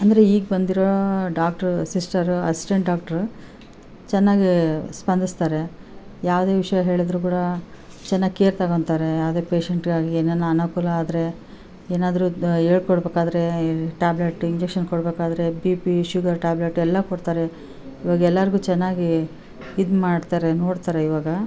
ಅಂದರೆ ಈಗ ಬಂದಿರೋ ಡಾಕ್ಟ್ರು ಸಿಸ್ಟರು ಅಸಿಸ್ಟೆಂಟ್ ಡಾಕ್ಟ್ರು ಚೆನ್ನಾಗೇ ಸ್ಪಂದಿಸ್ತಾರೆ ಯಾವುದೇ ವಿಷಯ ಹೇಳಿದ್ರು ಕೂಡ ಚೆನ್ನಾಗ್ ಕೇರ್ ತಗೊಂತಾರೆ ಅದೇ ಪೇಶೆಂಟ್ ಆಗಿ ಏನಾನ ಅನನುಕೂಲ ಆದರೆ ಏನಾದರು ಹೇಳ್ಕೊಡ್ಬೇಕಾದ್ರೇ ಈ ಟಾಬ್ಲೆಟ್ ಇಂಜೆಕ್ಷನ್ ಕೊಡ್ಬೇಕಾದ್ರೆ ಬಿ ಪಿ ಶುಗರ್ ಟಾಬ್ಲೆಟ್ ಎಲ್ಲ ಕೊಡ್ತಾರೆ ಇವಾಗ ಎಲ್ಲಾರಿಗು ಚೆನ್ನಾಗೀ ಇದು ಮಾಡ್ತಾರೆ ನೋಡ್ತಾರೆ ಇವಾಗ